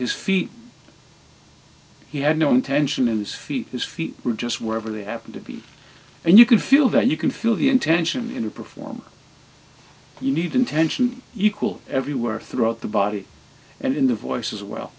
his feet he had known tension in his feet his feet were just wherever they happen to be and you can feel that you can feel the intention and perform you need intention equal everywhere throughout the body and in the voice as well